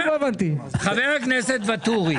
חבר הכנסת ואטורי,